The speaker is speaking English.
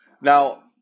now—